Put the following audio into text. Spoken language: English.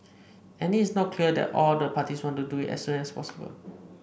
and it is not clear that all the parties want to do it as soon as possible